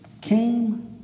came